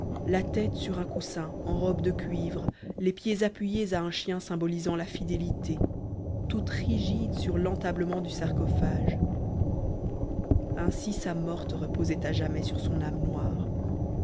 la tête sur un coussin en robe de cuivre les pieds appuyés à un chien symbolisant la fidélité toute rigide sur l'entablement du sarcophage ainsi sa morte reposait à jamais sur son âme noire